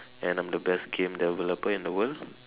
and I'm the best game developer in the world